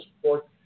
support